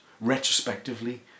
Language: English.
retrospectively